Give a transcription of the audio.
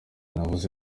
navuga